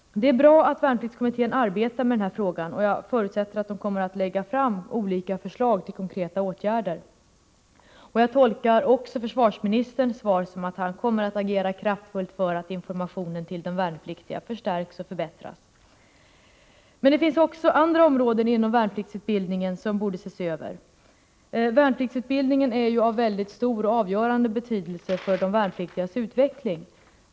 Det är bra att värnpliktskommittén arbetar med den här frågan, och jag förutsätter att den kommer att lägga fram olika förslag till konkreta åtgärder. Jag tolkar också försvarsministerns svar som att han kommer att agera kraftfullt för att informationen till de värnpliktiga förstärks och förbättras. Det finns emellertid även andra områden inom värnpliktsutbildningen som borde ses över. Värnpliktsutbildningen är ju av mycket stor och avgörande betydelse för de värnpliktigas utveckling.